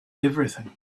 everything